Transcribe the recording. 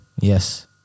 Yes